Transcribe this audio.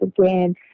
again